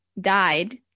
died